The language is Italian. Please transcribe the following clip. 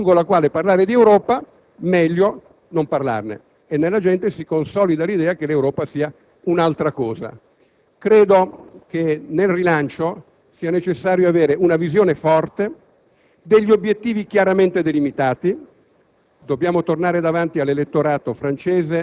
non avendo una prospettiva culturale condivisa lungo la quale parlare di Europa, meglio non parlarne. Nella gente si consolida così l'idea che l'Europa sia un'altra cosa. Credo che nel rilancio sia necessario avere una visione forte e degli obiettivi chiaramente delimitati.